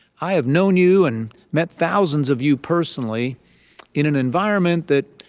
i have known you and met thousands of you personally in an environment that,